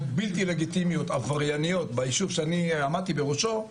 בלתי לגיטימיות עברייניות ביישוב שאני עמדתי בראשו,